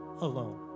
alone